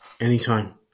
anytime